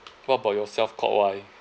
what about yourself Kok Wai